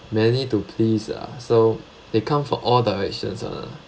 many to pleased ah so they come from all directions uh